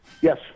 Yes